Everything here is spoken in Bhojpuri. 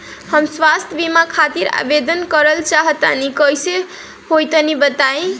हम स्वास्थ बीमा खातिर आवेदन करल चाह तानि कइसे होई तनि बताईं?